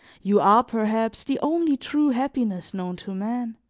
you are, perhaps, the only true happiness known to man!